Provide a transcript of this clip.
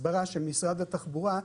הסברה של משרד התחבורה,